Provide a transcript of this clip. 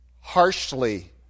harshly